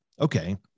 okay